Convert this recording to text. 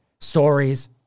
stories